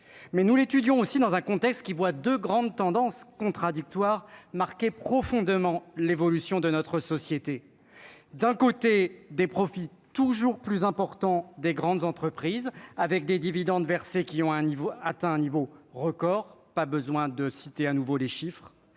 mais nous l'étudions aussi dans un contexte qui voit de grandes tendances contradictoires marqué profondément l'évolution de notre société, d'un côté des profits toujours plus important des grandes entreprises avec des dividendes versés, qui ont un niveau atteint un niveau record, pas besoin de citer à nouveau les chiffres